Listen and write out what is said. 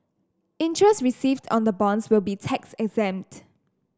interest received on the bonds will be tax exempt